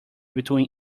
between